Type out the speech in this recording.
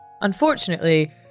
Unfortunately